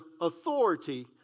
authority